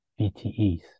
VTEs